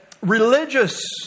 religious